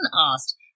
asked